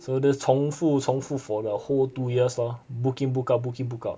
so this 重复重复 for the whole two years lor book in book out book in book out